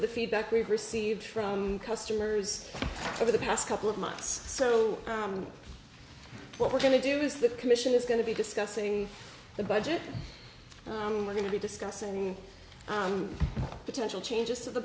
of the feedback we've received from customers over the past couple of months so what we're going to do is the commission is going to be discussing the budget and we're going to be discussing potential changes to the